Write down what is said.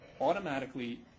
automatically